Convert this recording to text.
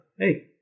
hey